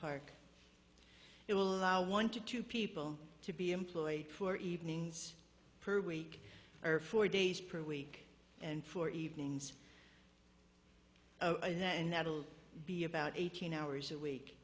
park it will allow one to two people to be employed for evenings per week or four days per week and four evenings and that'll be about eighteen hours a week